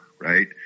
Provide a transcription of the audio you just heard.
right